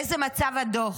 באיזה מצב הדוח?